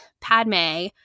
Padme